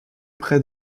près